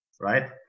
right